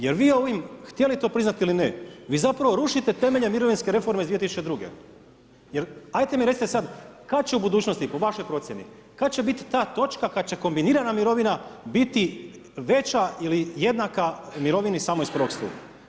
Jer vi ovim, htjeli to priznati ili ne, vi zapravo rušite temelje mirovinske reforme iz 2002. jer ajte mi recite sad kad će u budućnosti po vašoj procjeni, kad će biti ta točka kad će kombinirana mirovina biti veća ili jednaka mirovini samo iz prvog stupa?